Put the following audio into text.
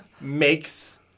makes